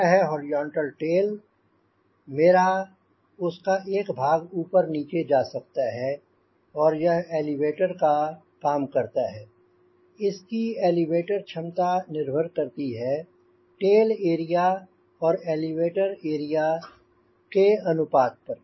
यह है horizontal tail मेरा उसका एक भाग ऊपर नीचे जा सकता है और यह एलीवेटर का काम करता है और इसकी एलिवेटर क्षमता निर्भर करती है टेल एरिया St और एलीवेटर एरिया के अनुपात पर